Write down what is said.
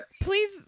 please